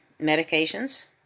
medications